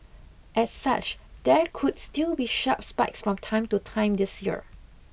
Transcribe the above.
as such there could still be sharp spikes from time to time this year